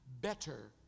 better